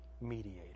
mediator